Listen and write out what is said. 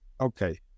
Okay